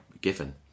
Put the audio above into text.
given